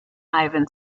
ivan